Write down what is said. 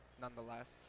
nonetheless